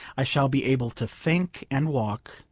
i shall be able to think, and walk,